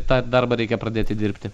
tą darbą reikia pradėti dirbti